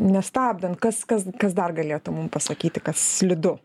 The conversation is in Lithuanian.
nestabdant kas kas kas dar galėtų mum pasakyti kad slidu